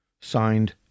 Signed